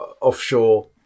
offshore